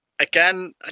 again